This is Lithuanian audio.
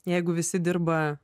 jeigu visi dirba